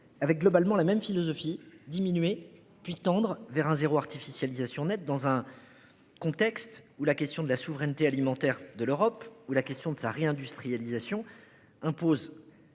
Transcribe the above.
avec globalement la même philosophie diminuer puis tendre vers un zéro artificialisation nette dans un. Contexte où la question de la souveraineté alimentaire de l'Europe, où la question de sa réindustrialisation impose.